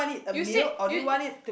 you said you